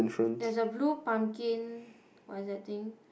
there's a blue pumpkin what is that thing